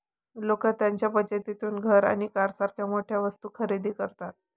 लोक त्यांच्या बचतीतून घर आणि कारसारख्या मोठ्या वस्तू खरेदी करतात